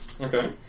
Okay